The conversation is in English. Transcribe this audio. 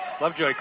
Lovejoy